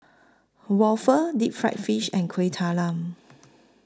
Waffle Deep Fried Fish and Kueh Talam